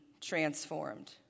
transformed